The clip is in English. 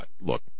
Look